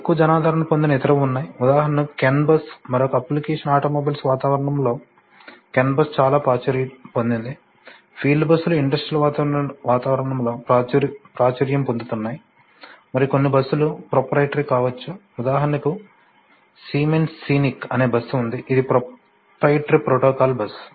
తక్కువ జనాదరణ పొందిన ఇతరవి ఉన్నాయి ఉదాహరణకు కెన్ బస్సు మరొక అప్లికేషన్ ఆటోమొబైల్స్ వాతావరణంలో కెన్ బస్ చాలా ప్రాచుర్యం పొందింది ఫీల్డ్ బస్సులు ఇండస్ట్రియల్ వాతావరణంలో ప్రాచుర్యం పొందుతున్నాయి మరియు కొన్ని బస్సులు ప్రొప్రైటరీ కావచ్చు ఉదాహరణకు సిమెన్స్లో సీనిక్ అనే బస్సు ఉంది ఇది ప్రొప్రైటరీ ప్రోటోకాల్ బస్సు